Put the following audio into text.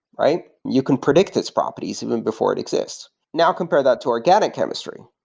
right? you can predict its properties even before it exists. now, compare that to organic chemistry.